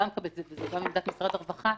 מקבלת את זה וזו גם עמדת משרד הרווחה,